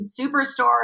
Superstore